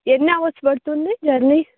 ఎన్ని హవర్స్ పడుతుంది జర్నీ